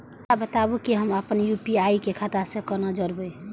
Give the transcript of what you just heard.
हमरा बताबु की हम आपन यू.पी.आई के खाता से कोना जोरबै?